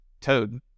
Toad